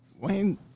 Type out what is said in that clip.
Wayne